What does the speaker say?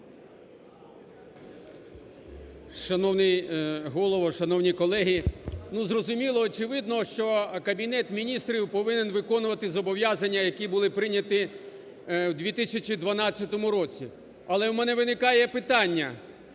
Шановний Голово! Шановні колеги! Ну, зрозуміло, очевидно, що Кабінет Міністрів повинен виконувати зобов'язанні, які були прийняті в 2012 році. Але в мене виникає питання,